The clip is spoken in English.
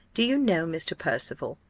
do you know mr. percival,